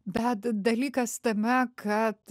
bet dalykas tame kad